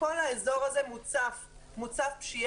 כל האזור הזה מוצף פשיעה.